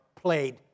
played